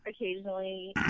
occasionally